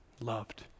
loved